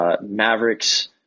Mavericks